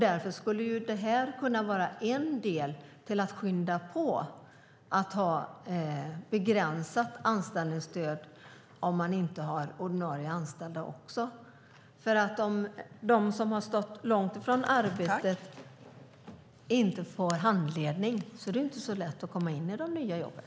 Därför skulle det här kunna vara en del för att skynda på begränsat anställningsstöd om man inte har ordinarie anställda också. Om de som har stått långt från arbetsmarknaden inte får handledning är det inte så lätt för dem att komma in i de nya jobben.